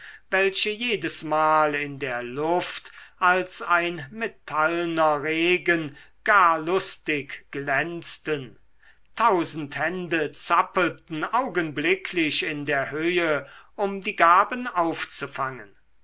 welche jedesmal in der luft als ein metallner regen gar lustig glänzten tausend hände zappelten augenblicklich in der höhe um die gaben aufzufangen